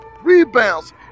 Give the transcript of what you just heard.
rebounds